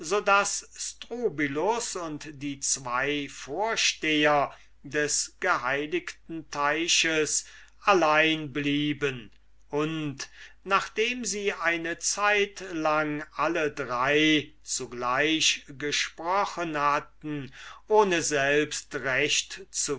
daß strobylus mit den zween vorstehern des geheiligten teichs allein blieben und nachdem sie eine zeit lang alle drei zugleich gesprochen hatten ohne selbst recht